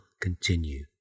continue